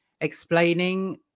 explaining